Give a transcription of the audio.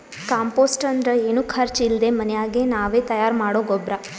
compost ಅಂದ್ರ ಏನು ಖರ್ಚ್ ಇಲ್ದೆ ಮನ್ಯಾಗೆ ನಾವೇ ತಯಾರ್ ಮಾಡೊ ಗೊಬ್ರ